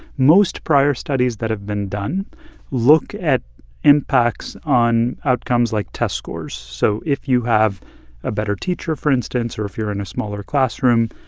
most prior studies that have been done look at impacts on outcomes like test scores. so if you have a better teacher, for instance, or if you're in a smaller classroom,